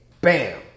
bam